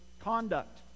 conduct